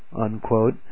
unquote